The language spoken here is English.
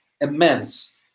immense